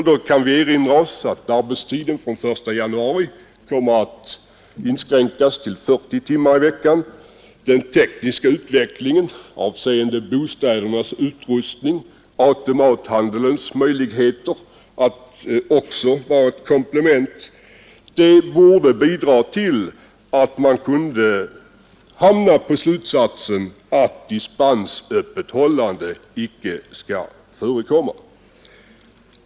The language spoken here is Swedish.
Vi kan erinra oss att arbetstiden från den 1 januari kommer att inskränkas till 40 timmar i veckan. Den tekniska utvecklingen avseende bostädernas utrustning samt automathandelns möjligheter att vara ett komplement borde bidra till att man drar slutsatsen att dispensöppethållande inte skall förekomma.